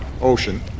ocean